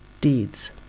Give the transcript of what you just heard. deeds